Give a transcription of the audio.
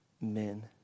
men